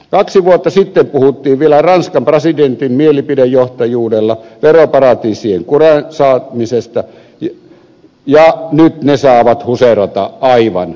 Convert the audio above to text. kaksi vuotta sitten puhuttiin vielä ranskan presidentin mielipidejohtajuudella veroparatiisien kuriin saamisesta ja nyt ne saavat huseerata aivan vapaasti